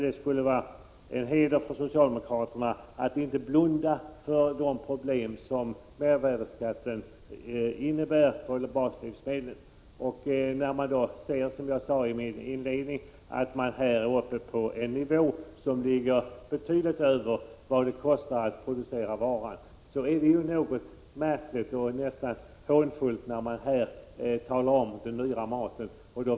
Det skulle vara hedersamt för socialdemokraterna om de inte blundade för de problem som mervärdeskatten skapar vad gäller baslivsmedlen. Som jag framhöll i mitt inledningsanförande är beskattningen betydligt högre än varans produktionskostnad. Det framstår mot den bakgrunden som märkligt och närmast som ett hån när man talar om den dyra maten.